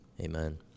Amen